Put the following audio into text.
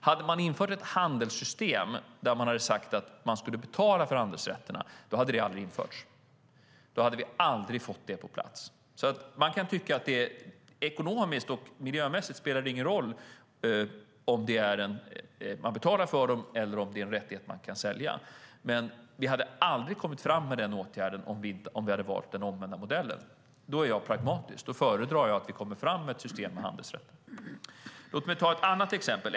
Hade man infört ett handelssystem där man sagt att man skulle betala för handelsrätterna hade det aldrig införts. Då hade vi aldrig fått det på plats. Man kan tycka att det ekonomiskt och miljömässigt inte spelar någon roll om man betalar för dem eller om det är en rättighet man kan sälja. Men vi hade aldrig kommit fram med den åtgärden om vi hade valt den omvända modellen. Då är jag pragmatisk - då föredrar jag att vi kommer fram med ett system med handelsrätter. Låt mig ta ett annat exempel.